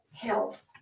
health